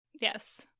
Yes